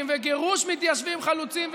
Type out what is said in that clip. וגירוש מתיישבים חלוצים וגיבורים.